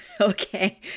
Okay